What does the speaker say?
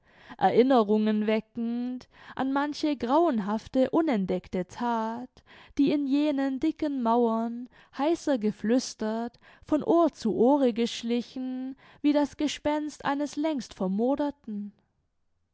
erinnerungen weckend an manche grauenhafte unentdeckte that die in jenen dicken mauern heiser geflüstert von ohr zu ohre geschlichen wie das gespenst eines längst